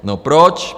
No proč?